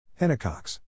Hennecox